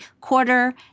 quarter